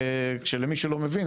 למי שלא מבין,